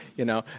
you know,